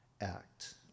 act